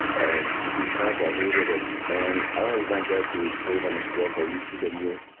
and to be frank, i hated it. and i only went there to perve on this girl called lucy lamure.